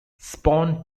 spawn